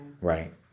Right